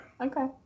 Okay